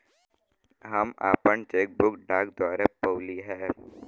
हम आपन cheque book डाक द्वारा पउली है